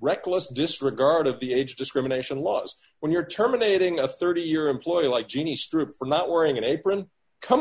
reckless disregard of the age discrimination laws when you're terminating a thirty year employee like jeannie stroup for not wearing an apron come